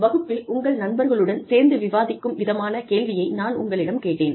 வகுப்பில் உங்கள் நண்பர்களுடன் சேர்ந்து விவாதிக்கும் விதமான கேள்வியை நான் உங்களிடம் கேட்டேன்